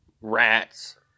rats